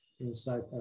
inside